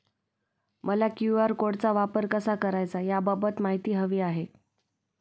मला क्यू.आर कोडचा वापर कसा करायचा याबाबत माहिती हवी आहे